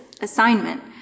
assignment